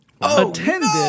attended